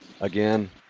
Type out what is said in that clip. Again